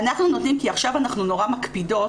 אנחנו נותנים כי עכשיו אנחנו נורא מקפידות,